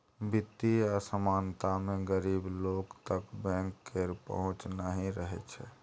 बित्तीय असमानता मे गरीब लोक तक बैंक केर पहुँच नहि रहय छै